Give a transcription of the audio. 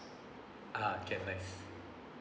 ah can nice